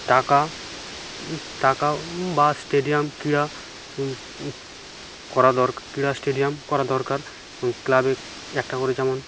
টাকা টাকা বা স্টেডিয়াম ক্রীড়া করা দরক ক্রীড়া স্টেডিয়াম করা দরকার ক্লাবে একটা করে যেমন